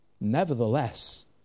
Nevertheless